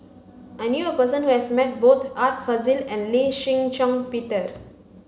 I knew a person who has met both Art Fazil and Lee Shih Shiong Peter